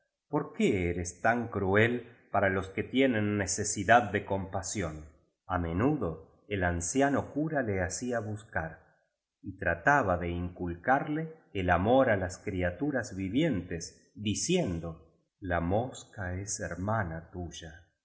por qué eres tan cruel para los que tienen necesidad de compasión a menudo el anciano cura le hacía buscar y trataba de inculcarle el amor á las criaturas vivientes diciendo la mosca es hermana tuya